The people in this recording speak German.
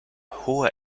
hohe